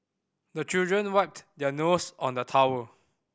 the children wipe their nose on the towel